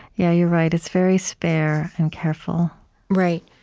yeah. you're right. it's very spare and careful right.